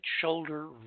shoulder